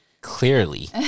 Clearly